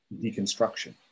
deconstruction